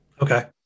Okay